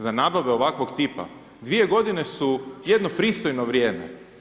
Za nabave ovakvog tipa dvije godine su jedno pristojno vrijeme.